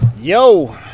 yo